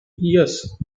yes